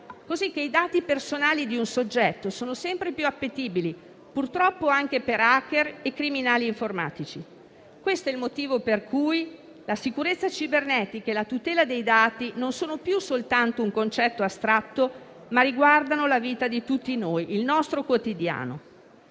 così che i dati personali di un soggetto sono sempre più appetibili, purtroppo anche per *hacker* e criminali informatici. Questo è il motivo per cui la sicurezza cibernetica e la tutela dei dati non sono più soltanto un concetto astratto, ma riguardano la vita di tutti noi, il nostro quotidiano.